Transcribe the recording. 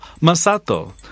Masato